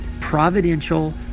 providential